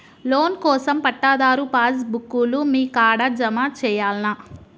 Loan కోసం పట్టాదారు passbook లు మీ కాడా జమ చేయల్నా?